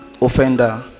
offender